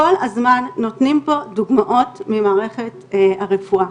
כל הזמן נותנים פה דוגמאות ממערכת הרפואה.